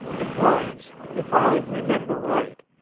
it was, if i remember right,